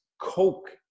Coke